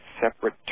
separate